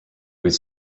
would